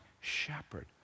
shepherd